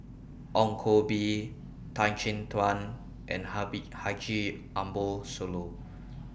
Ong Koh Bee Tan Chin Tuan and Haji Ambo Sooloh